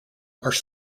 are